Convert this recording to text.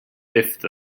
fifth